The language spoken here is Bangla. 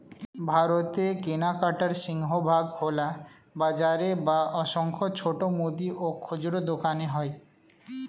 ভারতে কেনাকাটার সিংহভাগ খোলা বাজারে বা অসংখ্য ছোট মুদি ও খুচরো দোকানে হয়